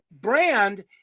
brand